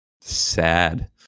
sad